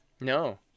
No